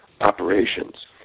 operations